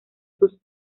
sus